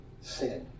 sin